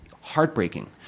heartbreaking